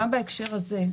גם בהקשר הזה,